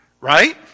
Right